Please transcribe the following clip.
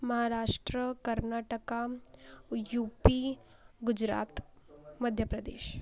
Maharashtra Karnataka UP Gujarat Madhya Pradesh